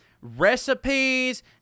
recipes